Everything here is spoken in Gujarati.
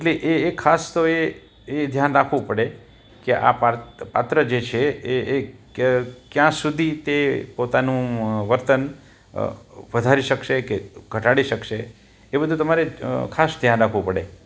એટલે એ ખાસ એ એ ધ્યાન રાખવું પડે કે આ પાત્ર જે છે એ એ કયા સુધી તે પોતાનું વર્તન વધારી શકશે કે ઘટાડી શકશે એ બધું તમારે ખાસ ધ્યાન રાખવું પડે